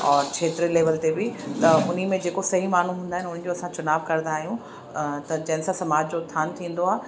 औरि खेत्र लेवल ते बि त उनी में जेको सही माण्हू हूंदा आहिनि उन्हनि जो असां चुनाव कंदा आहियूं त जंहिंसां समाज जो उतथान थींदो आहे